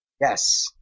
yes